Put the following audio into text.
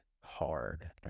hard